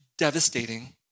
devastating